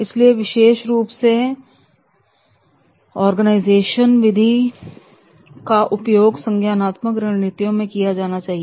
इसलिए विशेष रूप से ऑर्गेनाइजेशन विधि का उपयोग संज्ञानात्मक रणनीतियों में किया जाना चाहिए